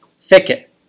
thicket